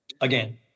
again